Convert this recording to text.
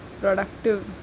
productive